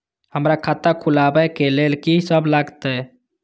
हमरा खाता खुलाबक लेल की सब लागतै?